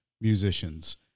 musicians